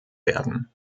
werden